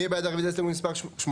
מי בעד רביזיה להסתייגות מספר 86?